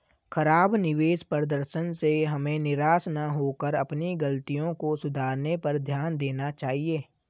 खराब निवेश प्रदर्शन से हमें निराश न होकर अपनी गलतियों को सुधारने पर ध्यान देना चाहिए